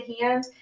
hand